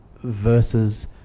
versus